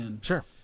Sure